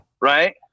Right